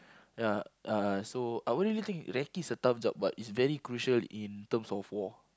ya uh so I wouldn't really think recce is a tough job but it's very crucial in terms of war